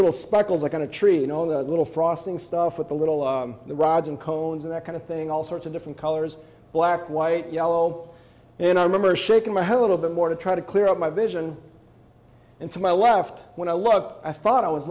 little speckles are going to treat you know the little frosting stuff with the little the rods and cones and that kind of thing all sorts of different colors black white yellow and i remember shaking my head a little bit more to try to clear up my vision and to my left when i look i thought i was